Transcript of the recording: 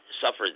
suffered